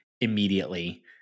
immediately